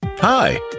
Hi